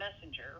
messenger